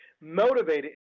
motivated